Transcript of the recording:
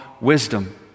wisdom